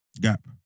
gap